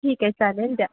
ठीक आहे चालेल द्या